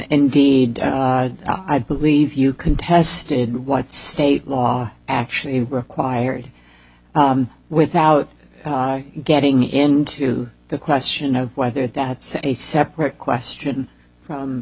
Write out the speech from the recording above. indeed i believe you contested what state law actually required without getting into the question of whether that's a separate question from